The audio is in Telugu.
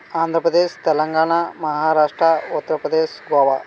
ఆంధ్రప్రదేశ్ తెలంగాణ మహారాష్ట్ర ఉత్తరప్రదేశ్ గోవా